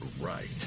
Right